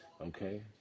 okay